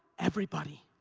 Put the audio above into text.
everybody.